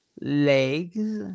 Legs